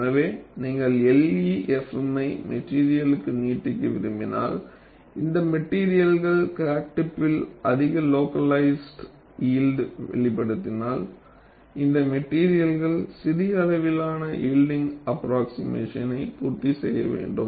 எனவே நீங்கள் LEFM ஐ மெட்டீரியல்க்கு நீட்டிக்க விரும்பினால் இந்த மெட்டீரியல்கள் கிராக் டிப்பில் அதிக லோகலைசூடு யில்ட் வெளிப்படுத்தினால் இந்த மெட்டீரியல்கள் சிறிய அளவிலான யில்ட்டிங் ஆஃப்ரொக்ஸிமேசன் பூர்த்தி செய்ய வேண்டும்